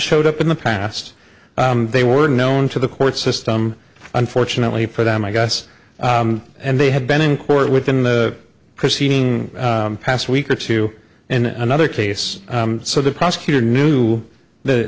showed up in the past they were known to the court system unfortunately for them i guess and they have been in court within the proceeding past week or two in another case so the prosecutor knew that